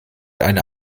eine